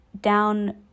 down